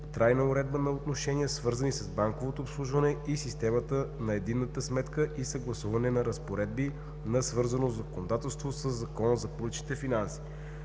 трайна уредба на отношения, свързани с банковото обслужване и системата на единната сметка и съгласуване на разпоредби на свързано законодателство със Закона за публичните финанси.